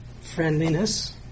friendliness